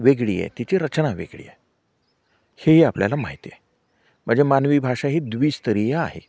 वेगळी आहे तिची रचना वेगळी आहे हेही आपल्याला माहिती आहे म्हणजे मानवी भाषा ही दि्वीस्तरीय आहे